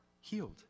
healed